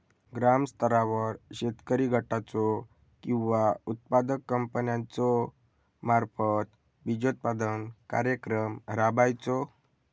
ग्रामस्तरावर शेतकरी गटाचो किंवा उत्पादक कंपन्याचो मार्फत बिजोत्पादन कार्यक्रम राबायचो?